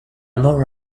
more